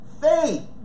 faith